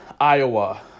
Iowa